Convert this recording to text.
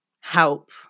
help